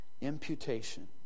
Imputation